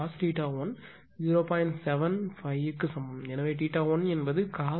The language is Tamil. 75 க்கு சமம் எனவே θ1 என்பது cos − 1 0